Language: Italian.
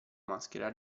maschera